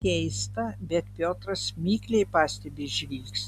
keista bet piotras mikliai pastebi žvilgsnį